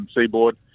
seaboard